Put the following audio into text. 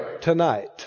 tonight